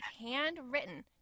handwritten